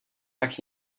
tak